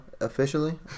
officially